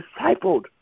discipled